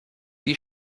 die